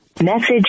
Message